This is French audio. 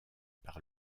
par